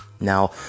now